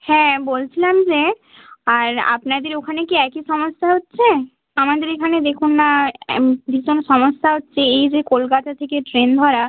হ্যাঁ বলছিলাম যে আর আপনাদের ওখানে কি একই সমস্যা হচ্ছে আমাদের এখানে দেখুন না ভীষণ সমস্যা হচ্ছে এই যে কলকাতা থেকে ট্রেন ধরা